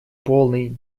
полной